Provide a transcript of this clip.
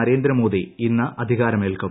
നരേന്ദ്രമോദി ഇന്ന് അധികാരമേൽക്കും